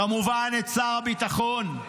כמובן, את שר הביטחון,